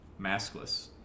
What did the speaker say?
maskless